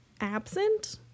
absent